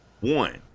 One